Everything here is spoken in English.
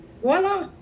voila